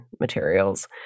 materials